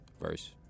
verse